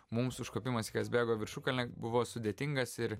mums užkopimas į kazbeko viršukalnę buvo sudėtingas ir